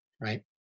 right